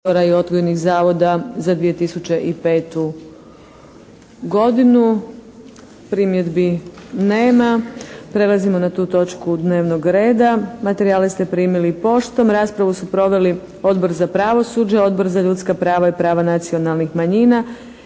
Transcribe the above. i odgojnih zavoda za 2005. godinu Primjedbi nema. Prelazimo na tu točku dnevnog reda. Materijale ste primili poštom. Raspravu su proveli Odbor za pravosuđe, Odbor za ljudska prava i prava nacionalnih manjina